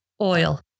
Oil